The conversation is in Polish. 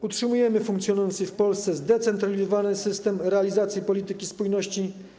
Utrzymujemy funkcjonujący w Polsce zdecentralizowany system realizacji polityki spójności.